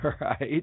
right